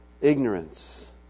Ignorance